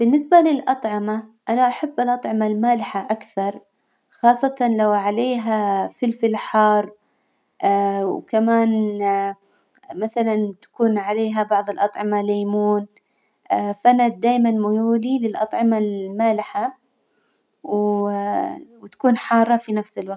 بالنسبة للأطعمة أنا أحب الأطعمة المالحة أكثر، خاصة لو عليها فلفل حار وكمان مثلا تكون عليها بعض الأطعمة ليمون فأنا دايما ميولي للأطعمة المالحة و- وتكون حارة في نفس الوجت.